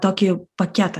tokį paketą